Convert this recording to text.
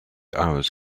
hours